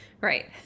Right